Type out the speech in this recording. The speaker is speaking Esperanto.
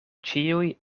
ĉiuj